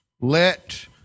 Let